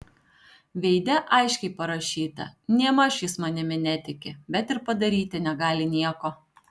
veide aiškiai parašyta nėmaž jis manimi netiki bet ir padaryti negali nieko